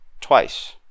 Twice